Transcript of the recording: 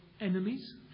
enemies